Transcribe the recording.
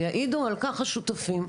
ויעידו על כך השותפים.